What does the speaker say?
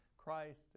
Christ